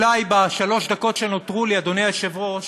אולי בשלוש דקות שנותרו לי, אדוני היושב-ראש,